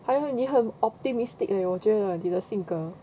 还有你很 optimistic leh 我觉得你的性格